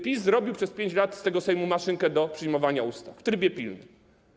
PiS zrobił przez 5 lat z tego Sejmu maszynkę do przyjmowania ustaw w trybie pilnym.